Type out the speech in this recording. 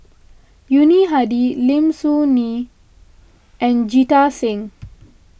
Yuni Hadi Lim Soo Ngee and Jita Singh